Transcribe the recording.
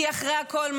כי אחרי הכול,